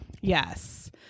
yes